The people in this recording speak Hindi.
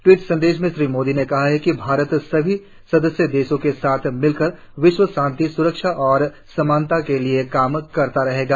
ट्वीट संदेश में श्री मोदी ने कहा कि भारत सभी सदस्य देशों के साथ मिलकर विश्व शांति स्रक्षा और समानता के लिए काम करता रहेगा